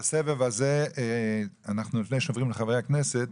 בסבב הזה לפני שעוברים לחברי הכנסת,